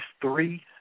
three